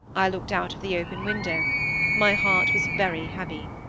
i looked out of the open window my heart was very heavy.